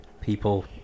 people